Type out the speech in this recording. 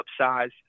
upsize